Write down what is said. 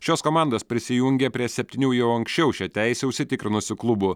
šios komandos prisijungė prie septynių jau anksčiau šią teisę užsitikrinusių klubų